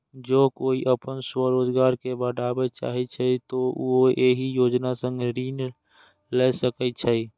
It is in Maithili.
जौं कोइ अपन स्वरोजगार कें बढ़ाबय चाहै छै, तो उहो एहि योजना सं ऋण लए सकै छै